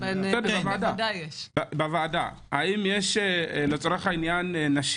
האם יש נשים?